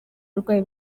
uburwayi